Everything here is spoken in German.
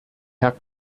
herr